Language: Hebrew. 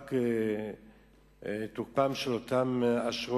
שהפעם ועדת הפנים אכן תמצא